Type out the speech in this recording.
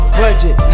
budget